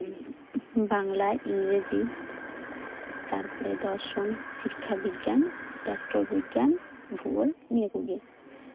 ᱵᱟᱝᱞᱟ ᱤᱝᱨᱮᱡᱤ ᱛᱟᱨᱯᱚᱨᱮ ᱫᱚᱨᱥᱚᱱ ᱥᱤᱠᱠᱷᱟ ᱵᱤᱜᱽᱜᱟᱱ ᱨᱟᱥᱴᱨᱚ ᱵᱤᱜᱽᱜᱟᱱ ᱱᱤᱭᱟᱹ ᱠᱚᱜᱮ